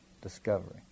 discovery